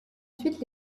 ensuite